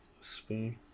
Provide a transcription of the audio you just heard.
spoon